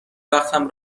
وقتم